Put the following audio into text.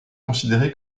considéré